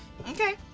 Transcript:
Okay